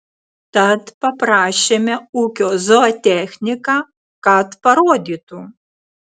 tad paprašėme ūkio zootechniką kad parodytų